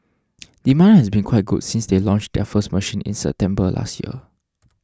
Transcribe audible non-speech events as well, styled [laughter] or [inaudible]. [noise] demand has been quite good since they launched their first machine in September last year